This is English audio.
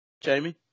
Jamie